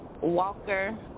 Walker